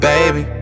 Baby